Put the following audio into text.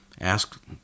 ask